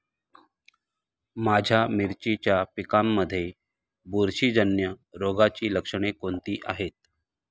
माझ्या मिरचीच्या पिकांमध्ये बुरशीजन्य रोगाची लक्षणे कोणती आहेत?